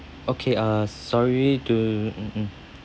okay uh sorry to mm mm